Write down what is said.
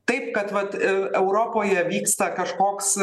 taip kad vat eu europoje vyksta kažkoks